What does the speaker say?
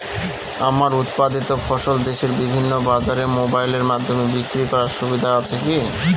আমার উৎপাদিত ফসল দেশের বিভিন্ন বাজারে মোবাইলের মাধ্যমে বিক্রি করার সুবিধা আছে কি?